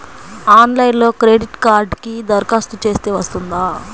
ఆన్లైన్లో క్రెడిట్ కార్డ్కి దరఖాస్తు చేస్తే వస్తుందా?